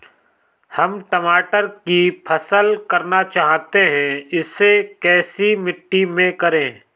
हम टमाटर की फसल करना चाहते हैं इसे कैसी मिट्टी में करें?